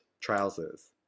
trousers